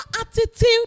attitude